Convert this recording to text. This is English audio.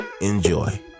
enjoy